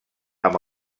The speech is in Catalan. amb